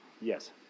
Yes